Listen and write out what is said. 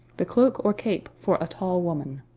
the cloak or cape for a tall woman.